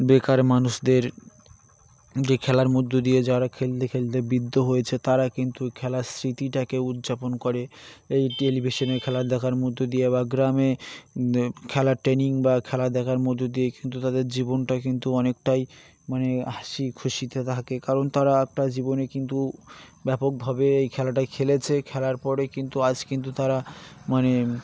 বেকার মানুষদের যে খেলার মধ্য্য দিয়ে যারা খেলতে খেলতে বিদ্ধ হয়েছে তারা কিন্তু খেলার স্মৃতিটাকে উদযাপন করে এই টেলিভিশনে খোর দেখার মধ্যে দিয়ে বা গ্রামে খোর ট্রেনিং বা খেলা দেখার মধ্যে দিয়ে কিন্তু তাদের জীবনটা কিন্তু অনেকটাই মানে হাসি খুশিতে থাকে কারণ তারা একটা জীবনে কিন্তু ব্যাপকভাবে এই খেলাটায় খেলেছে খেলার পরে কিন্তু আজ কিন্তু তারা মানে